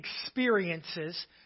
experiences